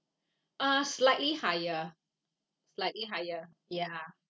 uh slightly higher slightly higher ya